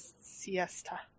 siesta